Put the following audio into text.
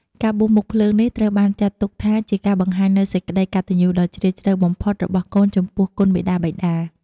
ការបួសមុខភ្លើងនេះត្រូវបានចាត់ទុកថាជាការបង្ហាញនូវសេចក្ដីកតញ្ញូដ៏ជ្រាលជ្រៅបំផុតរបស់កូនចំពោះគុណមាតាបិតា។